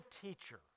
teacher